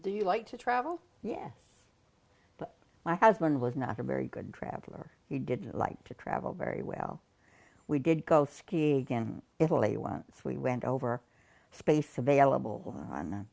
do you like to travel yes but my husband was not a very good traveler he didn't like to travel very well we did go skiing again in italy once we went over space available on